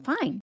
fine